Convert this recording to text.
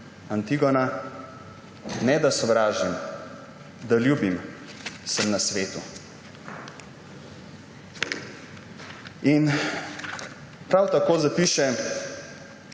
Antigona: Ne da sovražim – da ljubim sem na svetu!« Prav tako zapiše